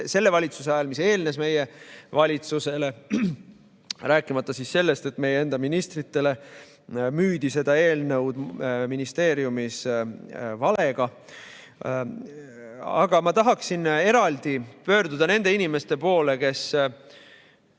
selle valitsuse ajal, mis eelnes meie valitsusele. Rääkimata sellest, et meie enda ministritele müüdi seda eelnõu ministeeriumis valega. Ma tahaksin eraldi pöörduda nende inimeste poole, kes